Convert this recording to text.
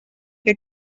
que